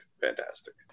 fantastic